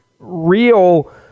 real